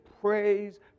praise